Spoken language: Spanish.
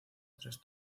tres